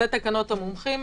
זה תקנות המומחים,